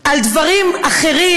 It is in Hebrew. על דברים אחרים,